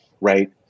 right